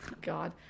God